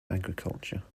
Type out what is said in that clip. agriculture